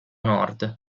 nord